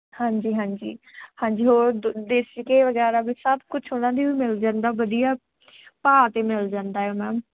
ਹਾਂਜੀ ਹਾਂਜੀ ਹਾਂਜੀ ਹੋਰ ਦੋ ਦੇਸੀ ਘਿਓ ਵਗੈਰਾ ਵੀ ਸਭ ਕੁਛ ਉਹਨਾਂ ਦੀ ਓ ਮਿਲ ਜਾਂਦਾ ਵਧੀਆ ਭਾਅ 'ਤੇ ਮਿਲ ਜਾਂਦਾ ਆ ਮੈਮ